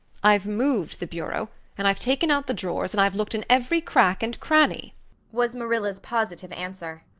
i've moved the bureau and i've taken out the drawers and i've looked in every crack and cranny was marilla's positive answer.